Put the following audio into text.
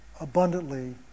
abundantly